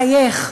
מחייך,